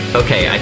okay